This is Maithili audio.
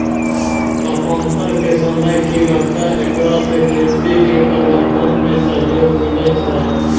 तापान्तर के समय की रहतै एकरा से खेती के प्रबंधन मे सहयोग मिलैय छैय?